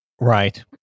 Right